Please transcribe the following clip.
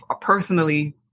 personally